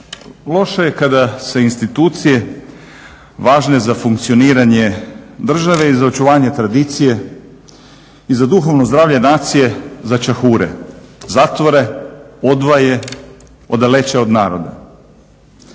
Loše je kada se institucije važne za funkcioniranje države i za očuvanje tradicije i za duhovno zdravlje nacije začahure, zatvore, odvoje, odaleče od naroda.